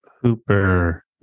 Hooper